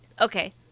Okay